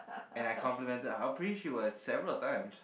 and I complimented her how pretty she was several times